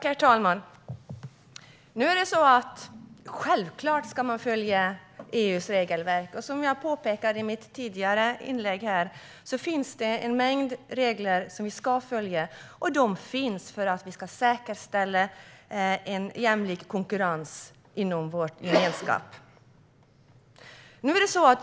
Herr talman! Självklart ska man följa EU:s regelverk. Som jag påpekade i ett tidigare inlägg finns det en mängd regler som vi ska följa, och de finns för att vi ska säkerställa en jämlik konkurrens inom gemenskapen.